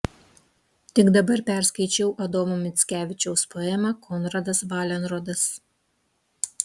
tik dabar perskaičiau adomo mickevičiaus poemą konradas valenrodas